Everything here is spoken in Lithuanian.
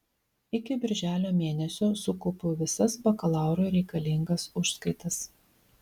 iki birželio mėnesio sukaupiau visas bakalaurui reikalingas užskaitas